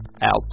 out